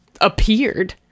appeared